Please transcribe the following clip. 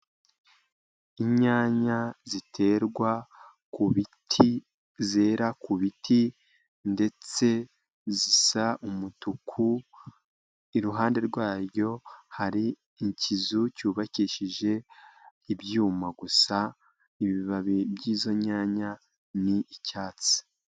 Inyanya ziterwa ku biti zera ku biti ndetse zisa umutuku iruhande rwayo hari ikizu cyubakishije ibyuma gusa, ibibabi by'izo nyanya ni icyatsi.